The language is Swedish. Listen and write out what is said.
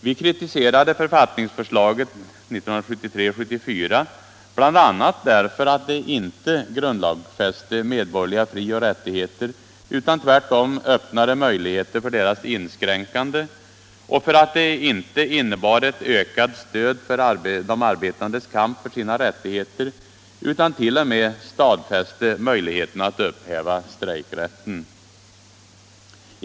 Vi kritiserade författningsförslaget 1973 och 1974 bl.a. därför att det inte grundlagsfäste medborgerliga frioch rättigheter utan tvärtom öppnade möjligheter för deras inskränkande och för att det inte innebar ett ökat stöd för de arbetandes kamp för sina rättigheter utan t.o.m. stadfäste möjligheten att upphäva strejkrätten.